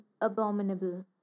abominable